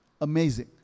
amazing